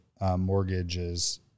mortgages